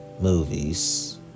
movies